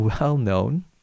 well-known